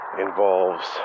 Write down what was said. Involves